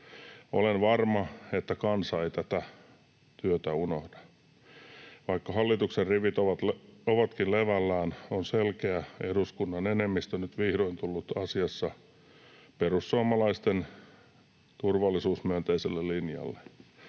Olen varma, että kansa ei tätä työtä unohda. Vaikka hallituksen rivit ovatkin levällään, on selkeä eduskunnan enemmistö nyt vihdoin tullut asiassa perussuomalaisten turvallisuusmyönteiselle linjalle.